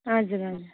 हजुर हजुर